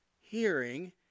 hearing